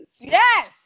Yes